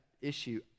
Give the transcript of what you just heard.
issue